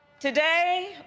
Today